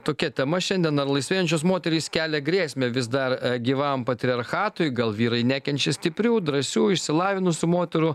tokia tema šiandien ar laisvėjančios moterys kelia grėsmę vis dar gyvam patriarchatui gal vyrai nekenčia stiprių drąsių išsilavinusių moterų